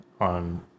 on